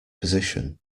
position